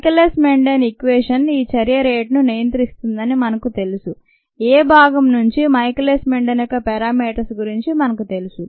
Michaelis Menten equation ఈ చర్య రేటును నియంత్రిస్తుందని మనకు తెలుసు a భాగం నుండి మైకేలియాస్ మెండెన్ యొక్క ప్యారామీటర్స్ గురించి మనకు తెలుసు